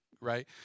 right